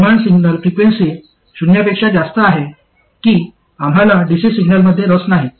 किमान signal frequency शून्यपेक्षा जास्त आहे की आम्हाला डीसी सिग्नलमध्ये रस नाही